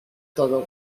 todo